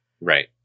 right